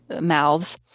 mouths